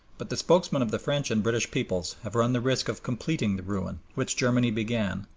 but the spokesmen of the french and british peoples have run the risk of completing the ruin, which germany began,